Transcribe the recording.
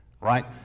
right